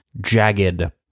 jagged